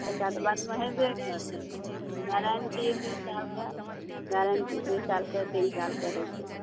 पैसा तऽ बादमे हेबे करतै गारण्टी दूइ सालके गारण्टी दूइ सालके तीन सालके होइ छै